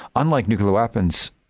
unlike nuclear weapons,